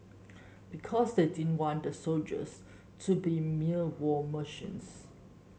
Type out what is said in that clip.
because they didn't want the soldiers to be mere war machines